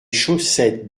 chaussettes